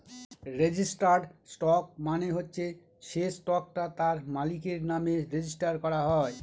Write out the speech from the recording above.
registered stock মানে হচ্ছে সে স্টকটা তার মালিকের নামে রেজিস্টার করা হয়